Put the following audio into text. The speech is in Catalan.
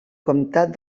comtat